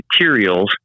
materials